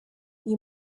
iyi